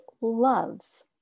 loves